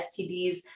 STDs